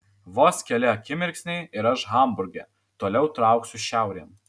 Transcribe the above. vos keli akimirksniai ir aš hamburge toliau trauksiu šiaurėn